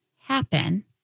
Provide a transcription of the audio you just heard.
happen